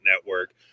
Network